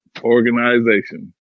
organization